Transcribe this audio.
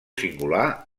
singular